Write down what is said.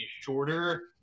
shorter